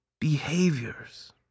behaviors